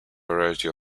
variety